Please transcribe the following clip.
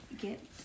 get